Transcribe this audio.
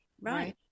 right